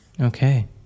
Okay